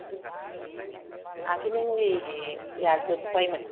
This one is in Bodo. आग्नि मुलिया जोबबायमोन